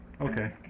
Okay